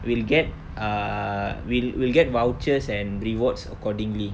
we'll get err we'll we'll get vouchers and rewards accordingly